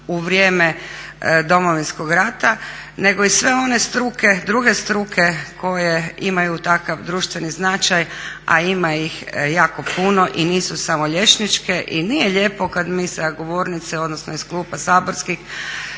u vrijeme Domovinskog rata, nego i sve one druge struke koje imaju takav društveni značaj, a ima ih jako puno i nisu samo liječničke i nije lijepo kad mi sa govornice odnosno iz klupa saborskih